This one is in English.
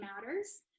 matters